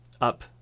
up